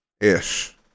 ish